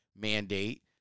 mandate